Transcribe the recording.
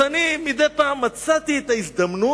אז אני מדי פעם מצאתי את ההזדמנות